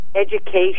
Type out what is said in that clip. education